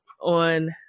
on –